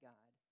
God